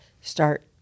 start